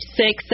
six